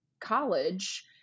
college